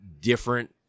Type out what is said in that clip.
different